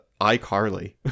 iCarly